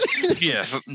yes